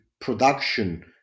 production